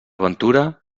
ventura